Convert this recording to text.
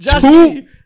Two